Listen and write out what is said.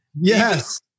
Yes